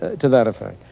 to that effect.